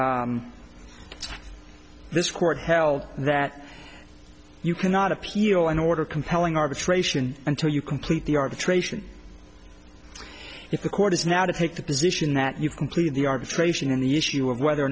because this court held that you cannot appeal an order compelling arbitration until you complete the arbitration if the court is now to take the position that you completed the arbitration and the issue of whether or